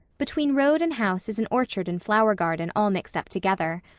between road and house is an orchard and flower-garden all mixed up together.